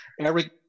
Eric